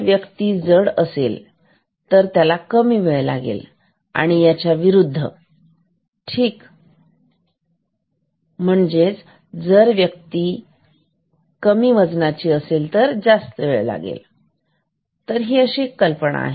जर व्यक्ती जड असेल त्याला कमी वेळ लागेल आणि याच्या विरुद्ध ठीक तर ही कल्पना आहे